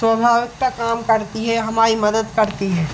स्वभाविकता काम करती है हमारी मदद करती है